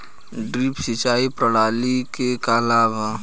Drip सिंचाई प्रणाली के का लाभ ह?